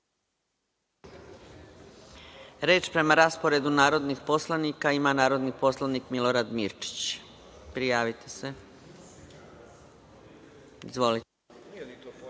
Reč prema rasporedu narodnih poslanika ima narodni poslanik Milorad Mirčić. Prijavite se. Izvolite.